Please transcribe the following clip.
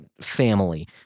family